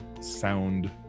sound